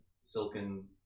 silken